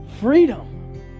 Freedom